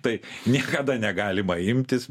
tai niekada negalima imtis